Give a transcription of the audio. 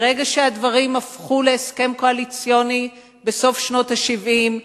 מרגע שהדברים הפכו להסכם קואליציוני בסוף שנות ה-70,